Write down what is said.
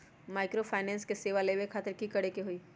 Microfinance के सेवा लेबे खातीर की करे के होई?